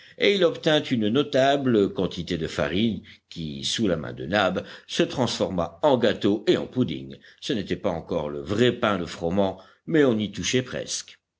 et il obtint une notable quantité de farine qui sous la main de nab se transforma en gâteaux et en puddings ce n'était pas encore le vrai pain de froment mais on y touchait presque